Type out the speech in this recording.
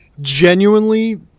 genuinely